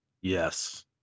Yes